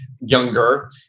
younger